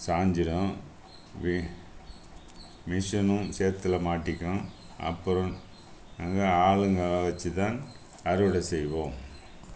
சாஞ்சிடும் மிஷினும் சேற்றுல மாட்டிக்கும் அப்புறம் எங்கள் ஆளுங்களை வெச்சு தான் அறுவடை செய்வோம்